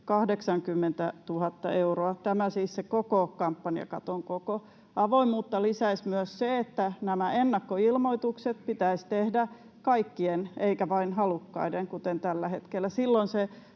80 000 euroa — tämä siis se koko kampanjakaton koko. Avoimuutta lisäisi myös se, että kaikkien pitäisi tehdä nämä ennakkoilmoitukset eikä vain halukkaiden, kuten tällä hetkellä.